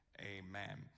Amen